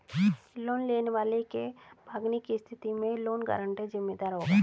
loan लेने वाले के भागने की स्थिति में लोन गारंटर जिम्मेदार होगा